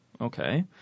Okay